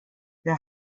der